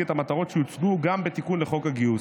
את המטרות שהוצגו גם בתיקון לחוק הגיוס.